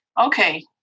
Okay